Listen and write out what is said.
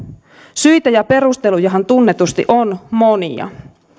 syitä ja perustelujahan tunnetusti on monia